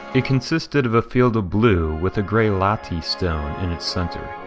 it consisted of a field of blue with a grey latte stone in its center.